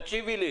תקשיבי לי.